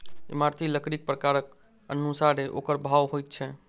इमारती लकड़ीक प्रकारक अनुसारेँ ओकर भाव होइत छै